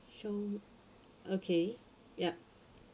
so okay ya